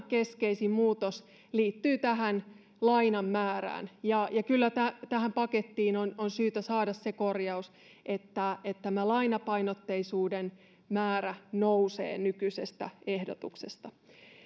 keskeisin muutos liittyy tähän lainan määrään ja ja kyllä tähän tähän pakettiin on on syytä saada se korjaus että että tämä lainapainotteisuuden määrä nousee nykyisestä ehdotuksesta